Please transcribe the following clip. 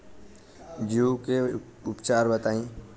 जूं के उपचार बताई?